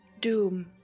doom